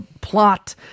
plot